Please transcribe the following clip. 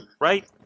Right